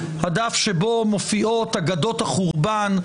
הדף שבו מופיעות אגדות החורבן,